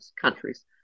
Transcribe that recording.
countries